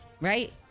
right